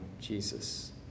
Jesus